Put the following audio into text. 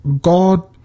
God